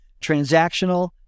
transactional